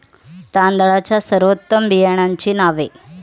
तांदळाच्या सर्वोत्तम बियाण्यांची नावे?